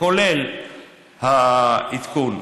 כולל העדכון,